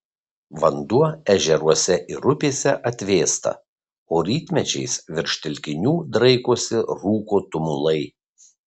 vanduo ežeruose ir upėse atvėsta o rytmečiais virš telkinių draikosi rūko tumulai